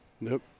Nope